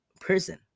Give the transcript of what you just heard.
person